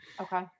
okay